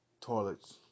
Toilets